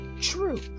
true